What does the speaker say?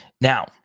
Now